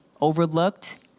overlooked